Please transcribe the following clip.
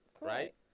right